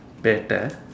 better